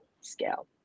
scale